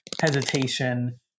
hesitation